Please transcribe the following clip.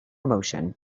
emotion